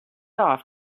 off